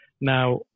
Now